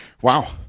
Wow